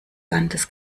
landes